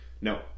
No